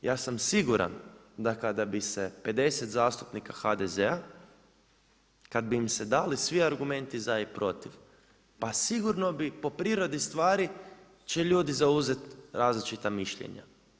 Ja sam siguran da kada bi se 50 zastupnika HDZ-a, kad bi im se dali svi argumenti za i protiv, pa sigurno bi po prirodi stvari će ljudi zauzeti različita mišljenja.